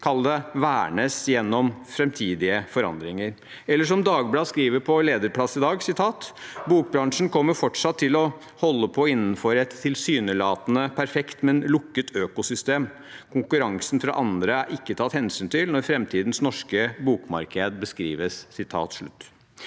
vil vernes mot framtidige forandringer, eller som Dagbladet skriver på lederplass i dag: «Bokbransjen kommer fortsatt til å holde på innenfor et tilsynelatende perfekt, men lukket økosystem. Konkurransen fra andre (…) er ikke tatt hensyn til når framtidens norske bokmarked beskrives.»